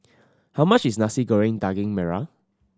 how much is Nasi Goreng Daging Merah